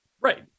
right